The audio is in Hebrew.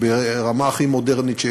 ברמה הכי מודרנית שיש.